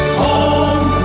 home